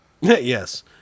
Yes